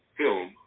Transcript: film